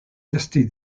tester